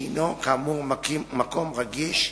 שהינו כאמור מקום רגיש,